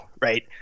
right